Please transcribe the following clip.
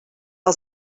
els